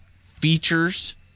features